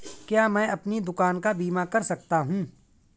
क्या मैं अपनी दुकान का बीमा कर सकता हूँ?